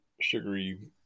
sugary